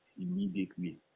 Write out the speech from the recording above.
immediately